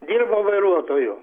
dirbau vairuotoju